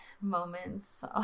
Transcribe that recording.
moments